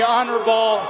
Honorable